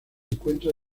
encuentra